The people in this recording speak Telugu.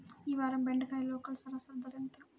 ఈ వారం బెండకాయ లోకల్ సరాసరి ధర ఎంత?